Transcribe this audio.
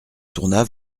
tourna